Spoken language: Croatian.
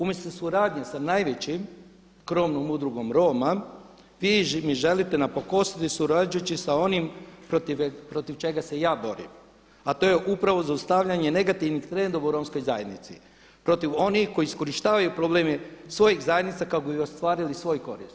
Umjesto suradnje sa najvećim krovnom udrugom Roma vi mi želite napakostiti surađujući sa onim protiv čega se ja borim, a to je upravo zaustavljanje negativnih trendova u romskoj zajednici protiv onih koji iskorištavaju probleme svojih zajednica kako bi ostvarili svoju korist.